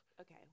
Okay